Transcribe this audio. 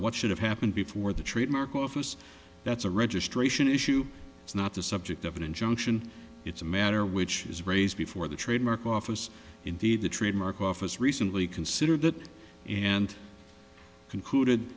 what should have happened before the trademark office that's a registration issue it's not the subject of an injunction it's a matter which is raised before the trademark office indeed the trademark office recently considered that and concluded